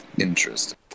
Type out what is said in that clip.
Interest